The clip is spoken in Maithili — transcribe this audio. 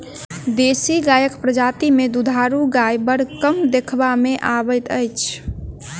देशी गायक प्रजाति मे दूधारू गाय बड़ कम देखबा मे अबैत अछि